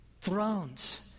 thrones